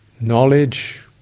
knowledge